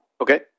Okay